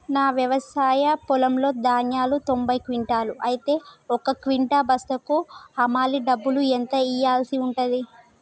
నా వ్యవసాయ పొలంలో ధాన్యాలు తొంభై క్వింటాలు అయితే ఒక క్వింటా బస్తాకు హమాలీ డబ్బులు ఎంత ఇయ్యాల్సి ఉంటది?